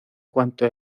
cuanto